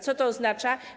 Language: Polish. Co to oznacza?